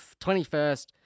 21st